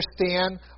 understand